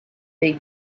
they